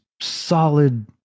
solid